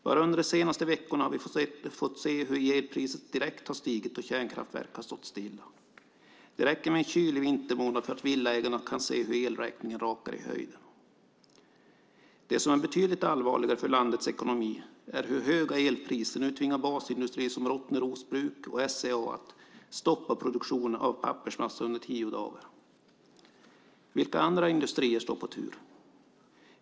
Bara under de senaste veckorna har vi fått se hur elpriset direkt har stigit då kärnkraftverk har stått stilla. Det räcker med en kylig vintermånad för att villaägarna ska se hur elräkningen rakar i höjden. Något som är betydligt allvarligare för landets ekonomi är hur höga elpriser nu tvingar basindustrier som Rottneros Bruk och SCA att stoppa produktionen av pappersmassa under tio dagar. Vilka andra industrier står på tur?